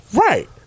Right